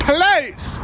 Place